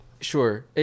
sure